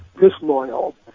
disloyal